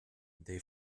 they